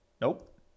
Nope